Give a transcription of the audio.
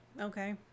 Okay